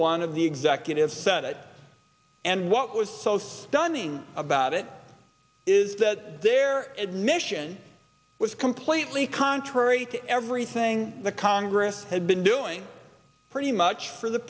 one of the executives said it and what was so stunning about it is that their mission was completely contrary to everything the congress had been doing pretty much for the